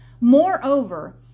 Moreover